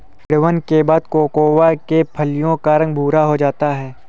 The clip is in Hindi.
किण्वन के बाद कोकोआ के फलियों का रंग भुरा हो जाता है